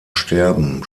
sterben